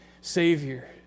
Savior